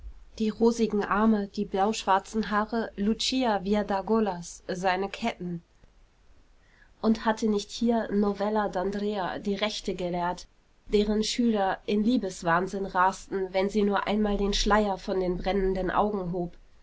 die rosigen arme die blauschwarzen haare lucia viadagolas seine ketten und hatte nicht hier novella d'andrea die rechte gelehrt deren schüler in liebeswahnsinn rasten wenn sie nur einmal den schleier von den brennenden augen hob